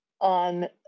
on